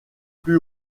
plus